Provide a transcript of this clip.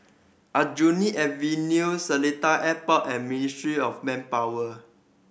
Aljunied Avenue Seletar Airport and Ministry of Manpower